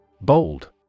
Bold